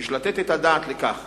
יש לתת את הדעת לכך